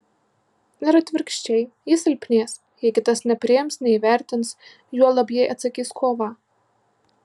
ir atvirkščiai ji silpnės jei kitas nepriims neįvertins juolab jei atsakys kova